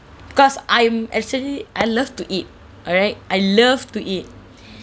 because I'm actually I love to eat alright I love to eat